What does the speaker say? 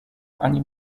ani